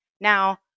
Now